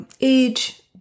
age